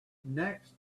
next